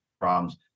problems